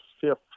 fifth